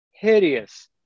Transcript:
hideous